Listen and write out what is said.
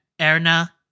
Erna